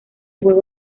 juego